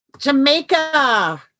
Jamaica